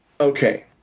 okay